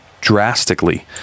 drastically